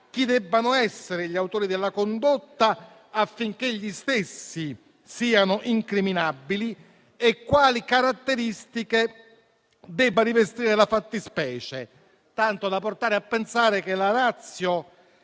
chi debbano essere gli autori della condotta affinché gli stessi siano incriminabili e quali caratteristiche debba rivestire la fattispecie, tanto da portare a pensare che la *ratio*